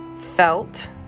felt